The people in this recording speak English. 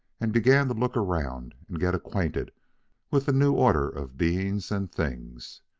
and began to look around and get acquainted with the new order of beings and things.